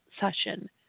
session